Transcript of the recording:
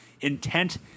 intent